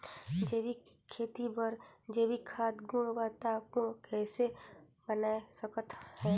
जैविक खेती बर जैविक खाद गुणवत्ता पूर्ण कइसे बनाय सकत हैं?